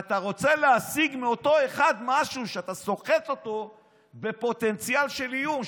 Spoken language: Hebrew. אתה רוצה להשיג מאותו אחד משהו שאתה סוחט אותו בפוטנציאל של איום.